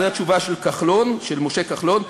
זו התשובה של משה כחלון,